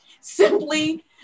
simply